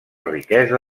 riquesa